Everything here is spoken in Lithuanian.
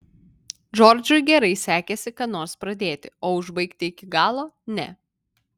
džordžui gerai sekėsi ką nors pradėti o užbaigti iki galo ne